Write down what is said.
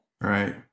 Right